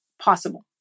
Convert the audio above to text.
possible